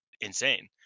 insane